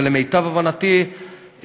ולמיטב הבנתי,